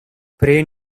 brian